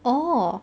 orh